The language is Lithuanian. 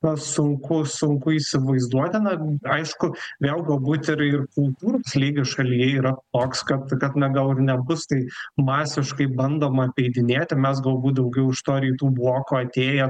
na sunku sunku įsivaizduoti na aišku vėl galbūt ir ir kultūros lygis šalyje yra toks kad kad na gal ir nebus tai masiškai bandoma apeidinėti mes galbūt daugiau iš to rytų bloko atėję